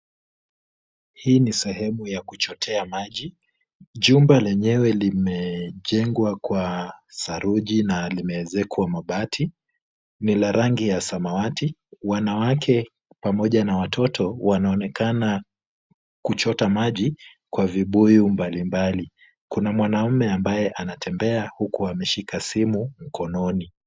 Hii ni sehemu ya kuchotea maji, jumba lenyewe limejengwa kwa saruji na limeezekwa mabati, ni la rangi ya samawati, wanawake pamoja na watoto wanaonekana kuchota maji kwa vibuyu mbalimbali, kuna mwanamume ambaye anatembea huku ameshika simu mkononi.